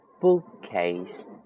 Bookcase